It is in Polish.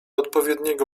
odpowiedniego